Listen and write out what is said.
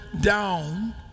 down